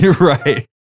Right